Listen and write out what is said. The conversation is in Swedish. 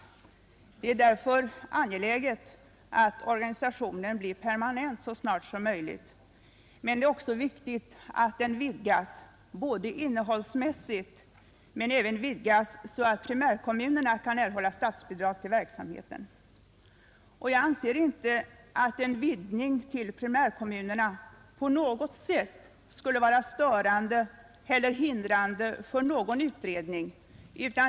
Det är därför angeläget att organisationen blir permanent så snart som möjligt, men det är också viktigt att den vidgas innehållsmässigt och därtill vidgas så att primärkommunerna kan erhålla statsbidrag till verksamheten, Jag anser inte att en vidgning till primärkommunerna på något sätt skulle vara störande eller hindrande för en utredning.